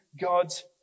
God's